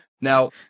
now